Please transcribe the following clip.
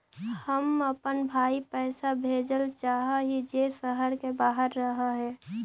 हम अपन भाई पैसा भेजल चाह हीं जे शहर के बाहर रह हे